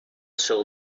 show